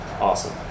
Awesome